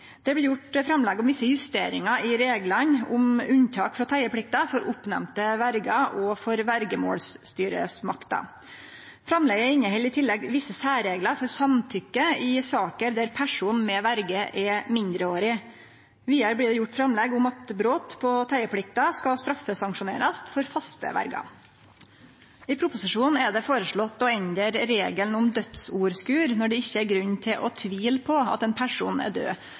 Det blir gjort framlegg om visse justeringar i reglane om unntak frå teieplikta for oppnemnde verjer og for verjemålsstyresmakta. Framlegget inneheld i tillegg visse særreglar for samtykke i saker der personen med verje er mindreårig. Vidare blir det gjort framlegg om at brot på teieplikta skal straffesanksjonerast for faste verjer. I proposisjonen er det foreslått å endre regelen om dødsorskurd når det ikkje er grunn til å tvile på at ein person er død.